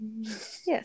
Yes